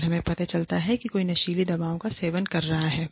अगर हमें पता चलता है कि कोई नशीली दवाओं का सेवन कर रहा है